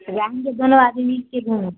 तो जाएँगे दोनों आदमी के घर